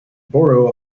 borough